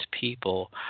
people